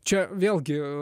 čia vėlgi